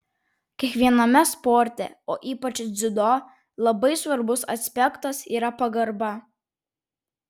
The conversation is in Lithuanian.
kiekviename sporte o ypač dziudo labai svarbus aspektas yra pagarba